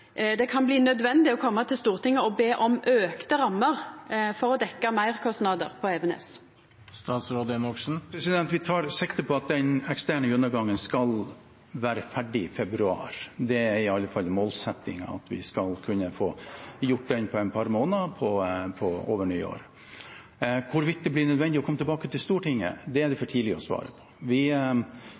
rammer for å dekkja meirkostnader på Evenes? Vi tar sikte på at den eksterne gjennomgangen skal være ferdig i februar. Det er i alle fall målsettingen, at vi skal kunne få gjort den på et par måneder over nyttår. Hvorvidt det blir nødvendig å komme tilbake til Stortinget, er det for tidlig å svare på. Det er ikke noen grunn til å legge skjul på at vi